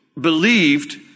believed